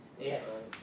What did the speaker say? yes